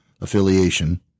affiliation